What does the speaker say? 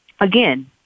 again